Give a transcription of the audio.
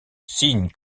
signe